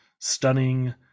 stunning